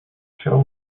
show